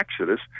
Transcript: Exodus